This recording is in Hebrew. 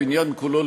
הבניין כולו,